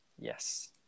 Yes